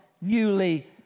newly